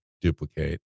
duplicate